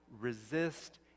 resist